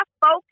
focus